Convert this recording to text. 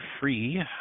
free